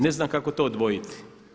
Ne znam kako to odvojiti.